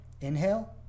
inhale